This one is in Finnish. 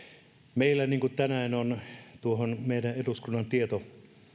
meillä tänään on tuohon meidän eduskunnan